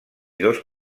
dos